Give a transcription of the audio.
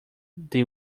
they